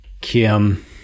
Kim